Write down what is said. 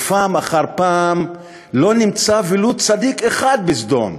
ופעם אחר פעם לא נמצא ולו צדיק אחד בסדום,